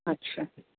ଆଚ୍ଛା